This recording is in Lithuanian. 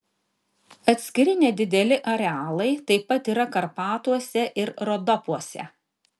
atskiri nedideli arealai taip pat yra karpatuose ir rodopuose